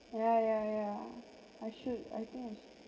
yeah yeah yeah I should I think I sh~